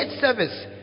service